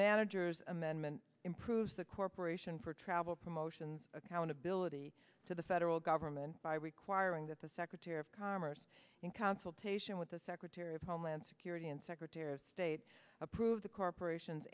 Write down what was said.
manager's amendment improves the corporation for travel promotion accountability to the federal government by requiring that the secretary of commerce in consultation with the secretary of homeland security and secretary of state approve the corporation